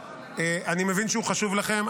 אני מבין שהוא חשוב לכם.